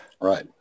Right